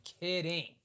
kidding